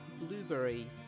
Blueberry